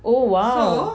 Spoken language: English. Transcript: oh !wow!